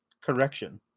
correction